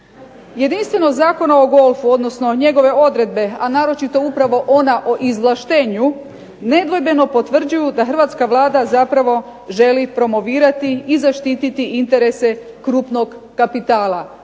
Jedinstvenost Zakona o golfu, odnosno njegove odredbe, a naročito upravo ona o izvlaštenju nedvojbeno potvrđuju da Hrvatska vlada zapravo želi promovirati i zaštititi interese krupnog kapitala,